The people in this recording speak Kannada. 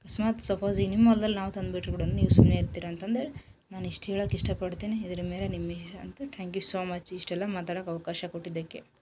ಅಕಸ್ಮಾತ್ ಸಪೋಸ್ ಈ ನಿಮ್ಮ ಹೊಲದಲ್ಲಿ ನಾವು ತಂದ್ಬಿಟ್ರೆ ಕೂಡವೂ ನೀವು ಸುಮ್ನೆ ಇರ್ತೀರಾ ಅಂತಂಧೇಳಿ ನಾನು ಇಷ್ಟು ಹೇಳೋಕ್ಕೆ ಇಷ್ಟ ಪಡ್ತೀನಿ ಇದರಮೇಲೆ ನಿಮಿಷ್ಟ ಅಂತ ಟ್ಯಾಂಕ್ ಯು ಸೋ ಮಚ್ ಇಷ್ಟೆಲ್ಲ ಮಾತಾಡೋಕ್ಕೆ ಅವಕಾಶ ಕೊಟ್ಟಿದ್ದಕ್ಕೆ